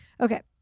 Okay